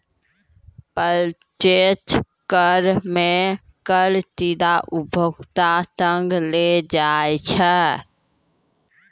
प्रत्यक्ष कर मे कर सीधा उपभोक्ता सं लेलो जाय छै